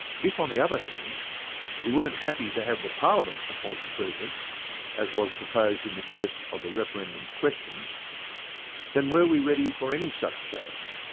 if on the other hand we weren't happy to have the parliament appoint the president as was proposed in the first of the referendum questions then were we ready for any such change?